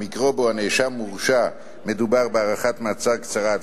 במקרה שבו הנאשם מורשע מדובר בהארכת מעצר קצרה עד